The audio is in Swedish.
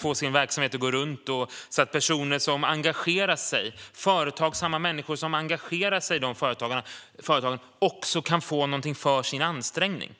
få sin verksamhet att gå runt och så att personer som engagerar sig - företagsamma människor som engagerar sig i dessa företag - också kan få någonting för sina ansträngningar.